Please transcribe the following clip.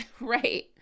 Right